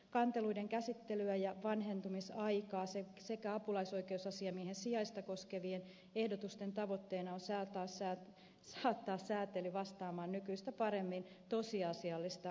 kanteluiden käsittelyä ja vanhentumisaikaa sekä apulaisoikeusasiamiehen sijaista koskevien ehdotusten tavoitteena on saattaa säätely vastaamaan nykyistä paremmin tosiasiallisia laillisuusvalvontakäytäntöjä ja tarpeita